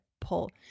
pull